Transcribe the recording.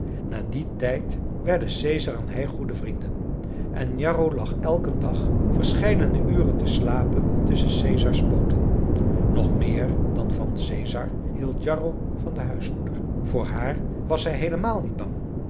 na dien tijd werden caesar en hij goede vrienden en jarro lag elken dag verscheidene uren te slapen tusschen caesars pooten nog meer dan van caesar hield jarro van de huismoeder voor haar was hij heelemaal niet bang